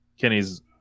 Kenny's